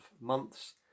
months